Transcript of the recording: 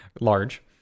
large